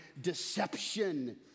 deception